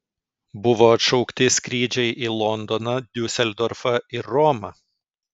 buvo atšaukti skrydžiai į londoną diuseldorfą ir romą